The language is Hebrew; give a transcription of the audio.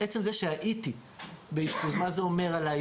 עצם זה ש"הייתי באשפוז" מה זה אומר עליי?